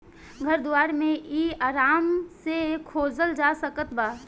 घर दुआर मे इ आराम से खोजल जा सकत बा